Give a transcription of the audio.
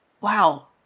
Wow